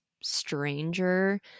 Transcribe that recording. stranger